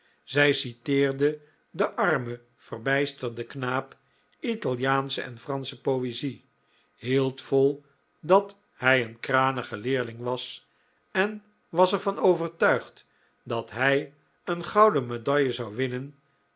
zij citeerde den armen verbijsterden knaap italiaansche en fransche poezie hield vol dat hij een kranige leerling was en was er van overtuigd dat hij een gouden medaille zou winnen